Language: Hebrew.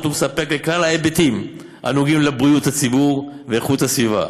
ומספק על כלל ההיבטים הנוגעים לבריאות הציבור ואיכות הסביבה.